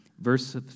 Verse